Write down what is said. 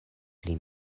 pli